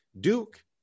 Duke